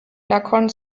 nakhon